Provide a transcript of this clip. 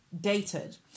dated